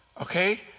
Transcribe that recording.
Okay